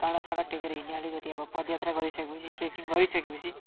काँडासाँडा टेकेर हिँड्ने अलिकति अब पदयात्रा गरिसकेपछि ट्रेकिङ गरिसकेपछि